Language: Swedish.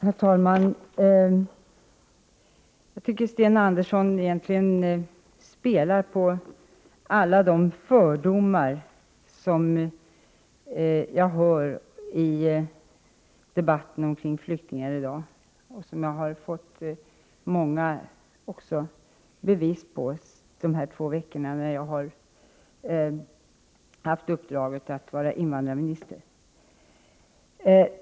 Herr talman! Jag tycker att Sten Andersson spelar på alla de fördomar som jag hör i debatten om flyktingar i dag och som jag har fått många bevis på under de två veckor jag har haft uppdraget att vara invandrarminister.